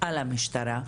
על המשטרה,